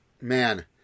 man